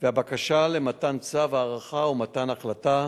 והבקשה למתן צו הארכה ומתן החלטה